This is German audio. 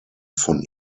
von